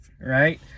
right